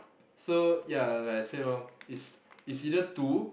so ya like I said loh it's it's either two